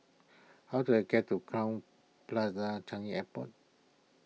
how do I get to Crowne Plaza Changi Airport